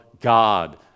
God